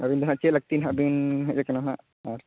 ᱟᱹᱵᱤᱱ ᱫᱚᱦᱟᱜ ᱪᱮᱫ ᱞᱟᱹᱠᱛᱤ ᱦᱟᱸᱜ ᱵᱤᱱ ᱦᱮᱡ ᱟᱠᱟᱱᱟ ᱦᱟᱸᱜ ᱟᱨ